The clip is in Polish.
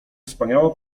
wspaniała